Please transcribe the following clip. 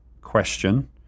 question